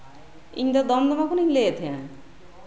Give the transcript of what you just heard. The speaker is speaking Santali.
ᱤᱧ ᱫᱚ ᱫᱚᱫᱚᱢᱟ ᱠᱷᱚᱱᱤᱧ ᱞᱟᱹᱭᱮᱫ ᱛᱟᱸᱦᱮᱱᱟ